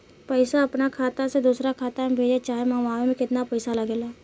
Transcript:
पैसा अपना खाता से दोसरा खाता मे भेजे चाहे मंगवावे में केतना पैसा लागेला?